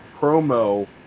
promo